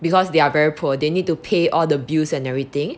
because they are very poor they need to pay all the bills and everything